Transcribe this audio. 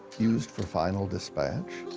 used for final dispatch.